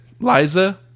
Liza